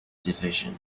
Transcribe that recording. division